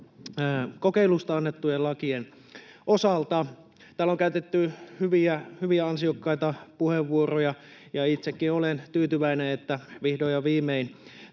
annettujen lakien osalta. Täällä on käytetty hyviä, ansiokkaita puheenvuoroja. Itsekin olen tyytyväinen, että vihdoin ja viimein